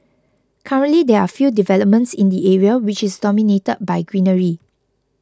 currently there are few developments in the area which is dominated by greenery